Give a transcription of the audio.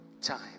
time